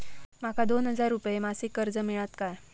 माका दोन हजार रुपये मासिक कर्ज मिळात काय?